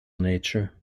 nature